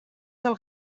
del